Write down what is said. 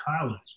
college